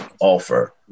offer